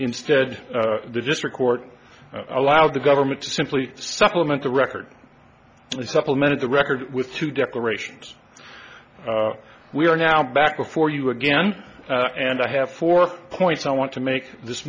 instead the district court allowed the government to simply supplement the record supplement of the record with two declarations we are now back before you again and i have four points i want to make this